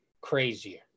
crazier